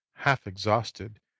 half-exhausted